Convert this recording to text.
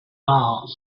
mars